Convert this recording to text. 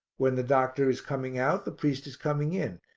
when the doctor is coming out, the priest is coming in,